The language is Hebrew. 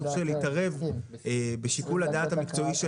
אני חושב שלהתערב בשיקול הדעת המקצועי של